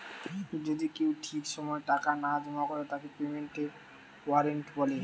যদি কেউ ঠিক সময় টাকা না জমা করে তাকে পেমেন্টের ওয়ারেন্ট বলে